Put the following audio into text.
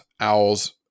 owls